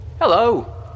Hello